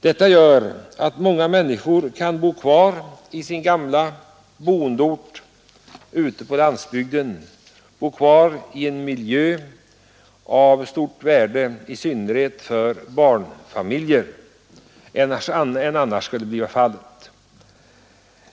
Många människor kan tack vare bilen bo kvar i sin gamla boendeort ute på landsbygden i en miljö av stort värde i synnerhet för barnfamiljer.